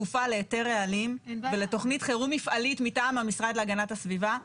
כפופה להיתר רעלים ולתוכנית חירום מפעלית מטעם המשרד להגנת הסביבה,